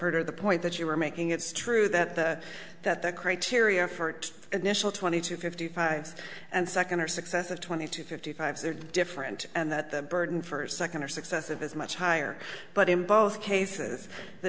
part of the point that you were making it's true that the that the criteria for initial twenty to fifty five and second or successive twenty to fifty five's are different and that the burden for second or successive is much higher but in both cases the